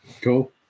Cool